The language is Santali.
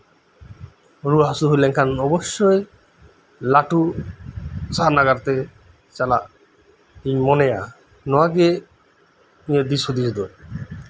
ᱨᱩᱣᱟᱹ ᱦᱟᱥᱩ ᱦᱩᱭ ᱞᱮᱱᱠᱷᱟᱱ ᱚᱵᱵᱚᱥᱚᱳᱭ ᱞᱟᱹᱴᱩ ᱥᱟᱦᱟᱨ ᱱᱟᱜᱟᱨ ᱛᱮ ᱪᱟᱞᱟᱜ ᱤᱧ ᱢᱚᱱᱮᱭᱟ ᱱᱚᱣᱟ ᱜᱮ ᱤᱧᱟᱹᱜ ᱫᱤᱥ ᱦᱩᱫᱤᱥ ᱫᱚ